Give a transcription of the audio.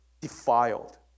defiled